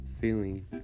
feeling